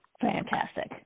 fantastic